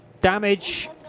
damage